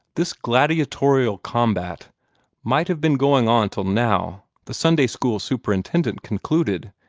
this gladiatorial combat might have been going on till now, the sunday-school superintendent concluded,